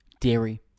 dairy